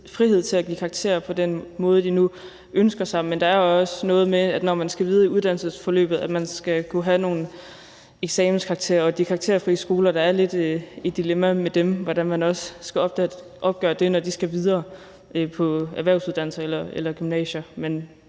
frihed til at give karakterer på den måde, de nu ønsker. Men der er jo også noget med, at når man skal videre i uddannelsesforløbet, skal man kunne have nogle eksamenskarakterer. Med de karakterfri skoler er der lidt et dilemma med, hvordan man skal opgøre det, når eleverne skal videre på erhvervsuddannelser eller gymnasier.